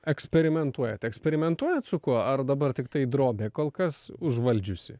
eksperimentuojat eksperimentuojati su kuo ar dabar tiktai drobė kol kas užvaldžiusi